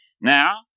Now